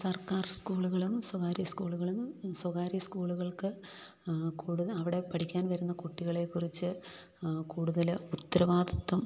സർക്കാർ സ്കൂളുകളും സ്വകാര്യ സ്കൂളുകളും സ്വകാര്യ സ്കൂളുകൾക്ക് അവിടെ പഠിക്കാൻ വരുന്ന കുട്ടികളെക്കുറിച്ച് കൂടുതല് ഉത്തരവാദിത്വം